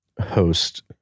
host